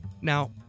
Now